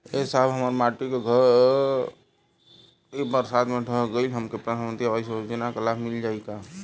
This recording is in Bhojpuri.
ए साहब हमार माटी क घर ए बरसात मे ढह गईल हमके प्रधानमंत्री आवास योजना क लाभ मिल जाई का?